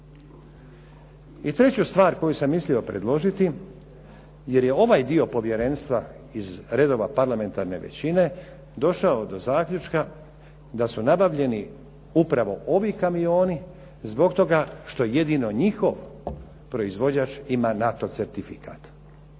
I treću stvar koju sam mislio predložiti jer je ovaj dio povjerenstva iz redova parlamentarne većine došao do zaključka da su nabavljeni upravo ovi kamioni zbog toga što jedino njihov proizvođač ima NATO certifikat.